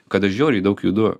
kada žiauriai daug judu